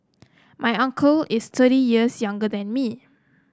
my uncle is thirty years younger than me